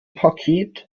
paket